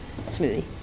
smoothie